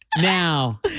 now